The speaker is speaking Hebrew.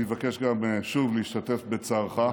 אני גם מבקש שוב להשתתף בצערך,